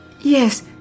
Yes